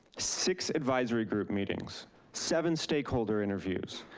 six advisory group meetings, seven stakeholder interviews.